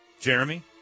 Jeremy